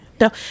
No